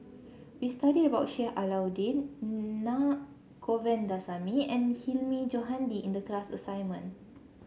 we studied about Sheik Alau'ddin Naa Govindasamy and Hilmi Johandi in the class assignment